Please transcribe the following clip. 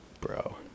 bro